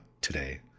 today